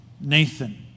Nathan